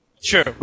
Sure